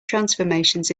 transformations